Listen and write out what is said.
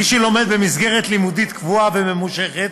מי שלומד במסגרת לימודית קבועה וממושכת